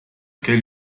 quel